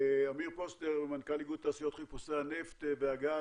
אמיר פוסטר, מנכ"ל איגוד תעשיות חיפושי הנפט והגז.